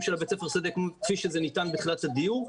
של בית הספר "שדה" כפי שזה ניתן בתחילת הדיון.